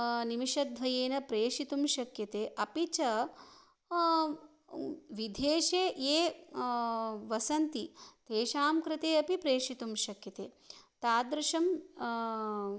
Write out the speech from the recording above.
निमिषद्वयेन प्रेषितुं शक्यते अपि च विदेशे ये वसन्ति तेषां कृते अपि प्रेषितुं शक्यते तादृशं